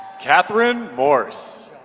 katherine morse